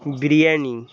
biryani